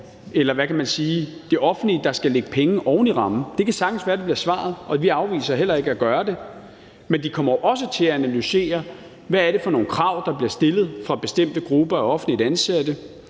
sige, det offentlige, der skal lægge penge oven i rammen. Det kan sagtens være, det bliver svaret, og vi afviser heller ikke at gøre det. Men vi kommer også til at analysere, hvad det er for nogle krav, der bliver stillet fra bestemte grupper af offentligt ansatte,